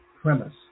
premise